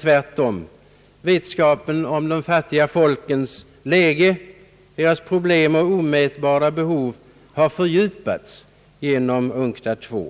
Tvärtom. Vetskapen om de fattiga folkens läge, problem och omätbara behov har fördjupats genom UNCTAD II.